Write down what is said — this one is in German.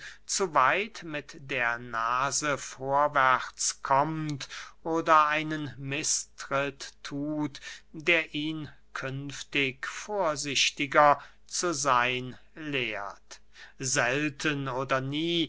zu weit mit der nase vorwärts kommt oder einen mißtritt thut der ihn künftig vorsichtiger zu seyn lehrt selten oder nie